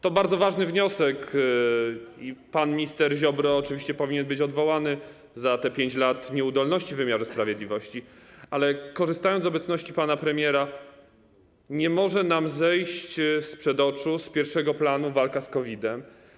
To bardzo ważny wniosek i pan minister Ziobro oczywiście powinien być odwołany za te 5 lat nieudolności wymiaru sprawiedliwości, ale korzystając z obecności pana premiera, chcę powiedzieć, że nie może nam zejść z oczu, z pierwszego planu walka z COVID-em.